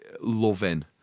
loving